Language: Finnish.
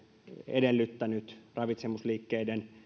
edellyttänyt ravitsemusliikkeiden